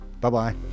bye-bye